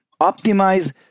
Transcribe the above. optimize